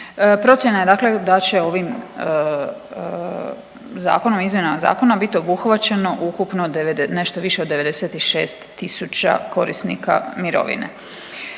Procjena je dakle da će ovim Zakona o izmjenama Zakona bit obuhvaćeno ukupno devede…, nešto više od 96 tisuća korisnika mirovine.